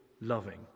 loving